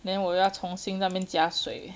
then 我又要重新在那边加水